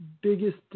biggest